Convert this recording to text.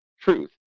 truth